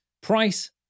price